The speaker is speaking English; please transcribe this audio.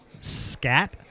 Scat